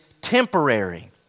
temporary